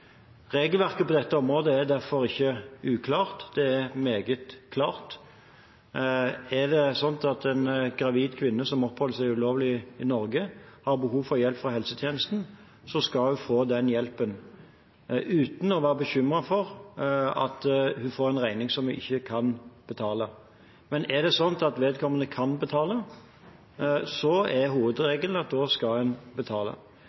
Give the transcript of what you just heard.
Regelverket på dette området er derfor ikke uklart; det er meget klart. Er det sånn at en gravid kvinne som oppholder seg ulovlig i Norge, har behov for hjelp fra helsetjenesten, skal hun få den hjelpen uten å være bekymret for å få en regning som hun ikke kan betale. Men er det sånn at vedkommende kan betale, er hovedregelen at en skal betale.